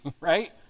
right